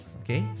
okay